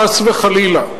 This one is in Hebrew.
חס וחלילה.